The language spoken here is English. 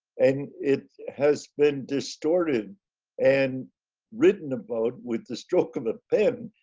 and it has been distorted and written about with the stroke of a pen.